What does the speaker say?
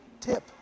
tip